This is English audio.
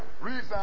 Reason